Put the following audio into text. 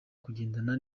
kugendana